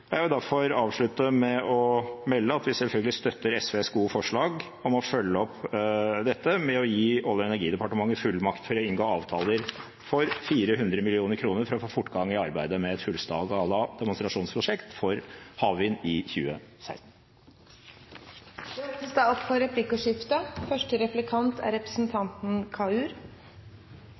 Jeg vil derfor avslutte med å melde at vi selvfølgelig støtter SVs gode forslag om å følge opp dette ved å gi Olje- og energidepartementet fullmakt til å inngå avtaler for 400 mill. kr for å få fortgang i arbeidet med et fullskala demonstrasjonsprosjekt for havvind i 2016. Det